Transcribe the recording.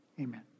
Amen